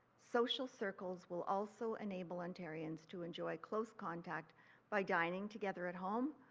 social circles will also enable ontarians to enjoy close contact by dining together at home,